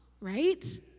right